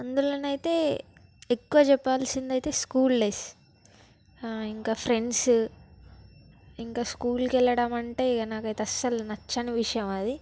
అందులో అయితే ఎక్కువ చెప్పాల్సింది అయితే స్కూల్ డేస్ ఇంకా ఫ్రెండ్స్ ఇంకా స్కూల్కి వెళ్ళడం అంటే ఇంకా నాకైతే అసలు నచ్చని విషయం అది